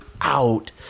out